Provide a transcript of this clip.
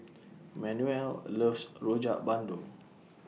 Manuel loves Rojak Bandung